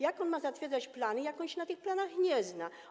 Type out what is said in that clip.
Jak on ma zatwierdzać plany, skoro on się na tych planach nie zna?